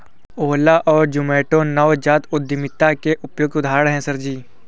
ओला और जोमैटो नवजात उद्यमिता के उपयुक्त उदाहरण है सर जी